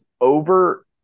over